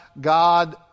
God